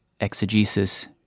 exegesis